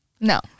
No